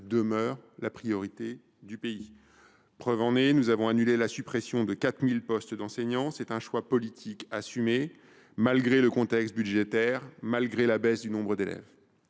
demeure la priorité du pays. J’en veux pour preuve l’annulation de la suppression de 4 000 postes d’enseignants. C’est un choix politique assumé, malgré le contexte budgétaire et la baisse du nombre d’élèves.